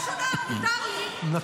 אני לא בקריאה ראשונה, מותר לי, סליחה.